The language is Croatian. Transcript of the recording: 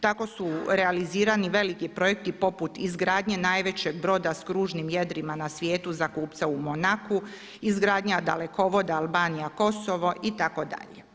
Tako su realizirani veliki projekt poput izgradnje najvećeg broda s kružnim jedrima na svijetu za kupca u Monacu, izgradnja dalekovoda Albanija – Kosovo itd.